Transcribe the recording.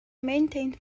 maintained